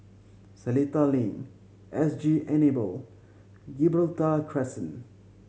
Seletar Link S G Enable Gibraltar Crescent